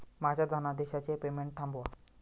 माझ्या धनादेशाचे पेमेंट थांबवा